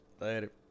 Later